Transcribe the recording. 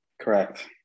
correct